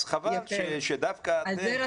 אז חבר שדווקא אתם,